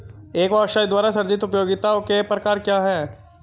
एक व्यवसाय द्वारा सृजित उपयोगिताओं के प्रकार क्या हैं?